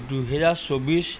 দুহেজাৰ চৌবিছ